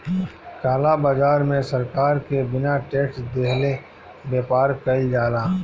काला बाजार में सरकार के बिना टेक्स देहले व्यापार कईल जाला